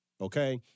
Okay